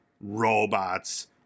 robots